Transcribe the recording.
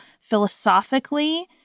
philosophically